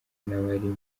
n’abari